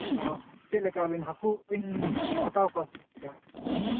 ᱚ ᱪᱮᱫ ᱞᱮᱠᱟ ᱦᱟᱹᱠᱩ ᱵᱤᱱ ᱦᱟᱛᱟᱣ ᱠᱚᱣᱟ ᱥᱮ ᱪᱮᱫ